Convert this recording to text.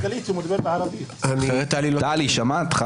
טלי שמעת?